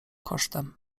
kosztem